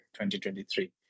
2023